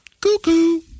Cuckoo